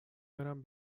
برم